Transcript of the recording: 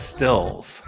Still's